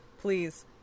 Please